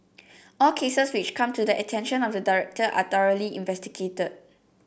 all cases which come to the attention of the director are thoroughly investigated